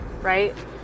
right